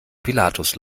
pilatus